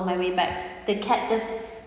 on my way back the cat just